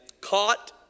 Caught